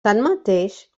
tanmateix